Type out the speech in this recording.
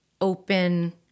open